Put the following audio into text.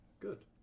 Good